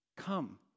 come